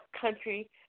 country